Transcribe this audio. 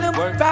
work